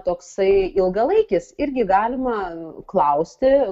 toksai ilgalaikis irgi galima klausti